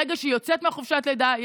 שברגע שהיא יוצאת מחופשת הלידה,